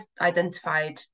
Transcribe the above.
identified